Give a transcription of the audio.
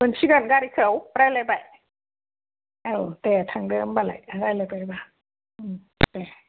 मोनसिगोन गारिखौ रायलायबाय औ दे थांदों होमबालाय रायलायबायबा दे